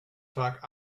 vaak